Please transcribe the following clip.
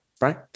right